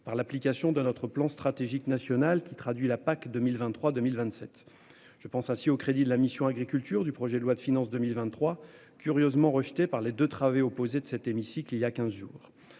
Par l'application de notre plan stratégique national qui traduit la PAC 2023 2027. Je pense aussi aux crédits de la mission Agriculture du projet de loi de finances 2023 curieusement rejeté par les 2 travées opposé de cet hémicycle il y a 15 jours.